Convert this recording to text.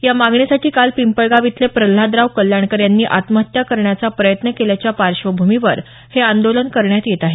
या मागणीसाठी काल पिंपळगाव इथले प्रल्हादराव कल्याणकर यांनी आत्महत्या करण्याचा प्रयत्न केल्याच्या पार्श्वभूमीवर हे आंदोलन करण्यात येत आहे